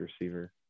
receiver